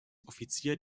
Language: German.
offizier